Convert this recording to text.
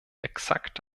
exakt